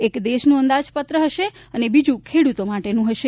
એક દેશનું અંદાજપત્ર હશે અને બીજૂં ખેડૂતો માટેનું હશે